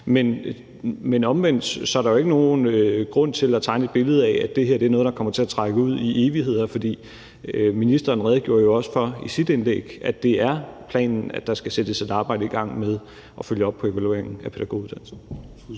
Men omvendt er der ikke nogen grund til at tegne et billede af, at det her er noget, der kommer til at trække ud i evigheder, for ministeren redegjorde jo også i sit indlæg for, at det er planen, at der skal sættes et arbejde i gang med at følge op på evalueringen af pædagoguddannelsen.